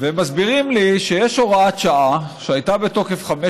ומסבירים לי שיש הוראת שעה שהייתה בתוקף חמש